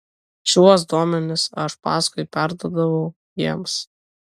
šiuos duomenis aš paskui perduodavau jiems